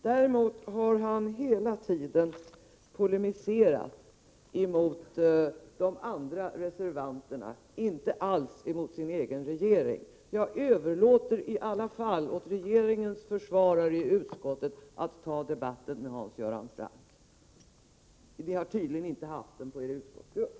Han har däremot hela tiden polemiserat emot de andra reservanterna, inte alls emot sin egen regering. Jag överlåter i alla fall åt regeringens försvarare i utskottet att ta upp debatten med Hans Göran Franck. Ni har tydligen inte haft den inom er utskottsgrupp.